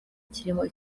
kirimo